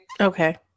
okay